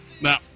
Now